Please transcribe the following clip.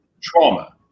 trauma